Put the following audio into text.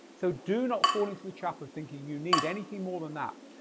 so do not fall into the trap of thinking you need anything more than that.